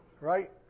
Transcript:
Right